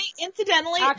incidentally